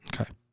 Okay